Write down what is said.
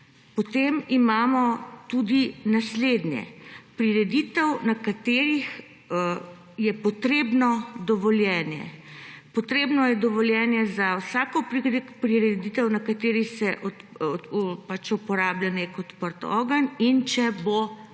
Potem imamo tudi naslednje: prireditev na katerih je potrebno dovoljenje. Potrebno je dovoljenje za vsako prireditev na kateri se pač uporablja nek odprt ogenj in če bo udeležencev